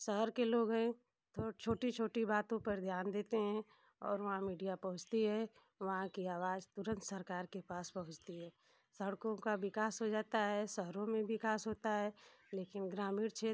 शहर के लोग हैं थोड़ा छोटी छोटी बातों पर ध्यान देते हैं और वहाँ मीडिया पहुँचती है वहाँ की आवाज तुरंत सरकार के पास पहुँचती है सड़कों का विकास हो जाता है शहरों में विकास होता है लेकिन ग्रामीण क्षेत्र